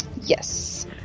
Yes